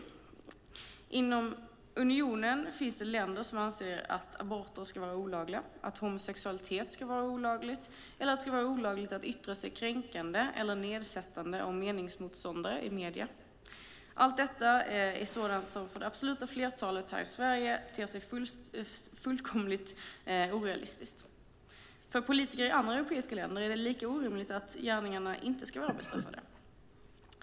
Inom unionen finns det länder som anser att aborter ska vara olagliga, att homosexualitet ska vara olagligt eller att det ska vara olagligt att yttra sig kränkande eller nedsättande om meningsmotståndare i medier. Allt detta är sådant som för det absoluta flertalet här i Sverige ter sig fullkomligt orealistiskt. För politiker i andra europeiska länder är det lika orimligt att gärningarna inte ska vara bestraffade.